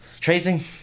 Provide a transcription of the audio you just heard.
Tracing